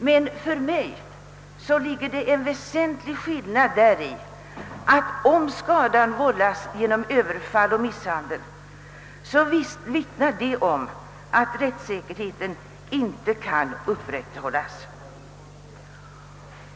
Men för mig ligger en väsentlig skillnad däri, att om skadan vållas genom överfall och misshandel, så vittnar det om att rättssäkerheten inte kan upprätthållas.